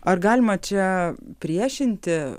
ar galima čia priešinti